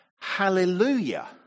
hallelujah